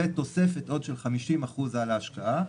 ותוספת עוד של 50% על ההשקעה,